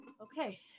Okay